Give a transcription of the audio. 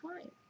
time